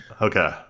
Okay